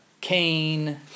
Cain